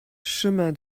chemin